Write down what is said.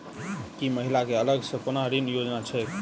की महिला कऽ अलग सँ कोनो ऋण योजना छैक?